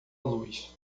luz